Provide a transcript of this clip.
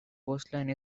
coastline